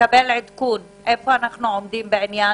איפה אנחנו עומדים בעניין